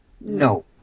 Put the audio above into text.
No